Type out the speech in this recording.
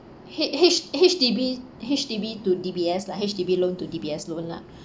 H~ H~ H_D_B H_D_B to D_B_S lah H_D_B loan to D_B_S loan lah